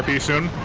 tucson